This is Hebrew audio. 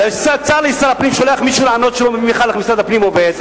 צר לי ששר הפנים שולח לענות מישהו שלא מבין בכלל איך משרד הפנים עובד.